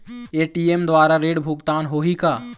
ATM द्वारा ऋण भुगतान होही का?